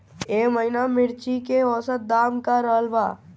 एह महीना मिर्चा के औसत दाम का रहल बा?